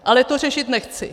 Ale to řešit nechci.